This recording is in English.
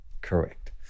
Correct